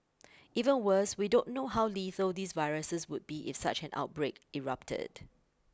even worse we don't know how lethal these viruses would be if such an outbreak erupted